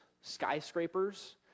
skyscrapers